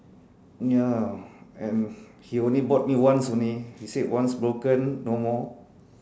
ya and he only bought me once only he said once broken no more